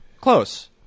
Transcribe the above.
close